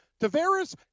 Tavares